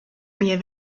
mir